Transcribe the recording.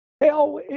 Hell